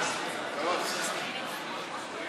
פנה אלי חבר הכנסת מיקי לוי בדרישה לדעת